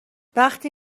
وقتی